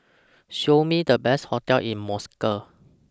Show Me The Best hotels in Moscow